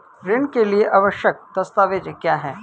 ऋण के लिए आवश्यक दस्तावेज क्या हैं?